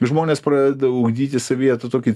žmonės pradeda ugdytis savyje tą tokį